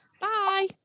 bye